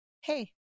hey